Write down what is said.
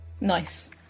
nice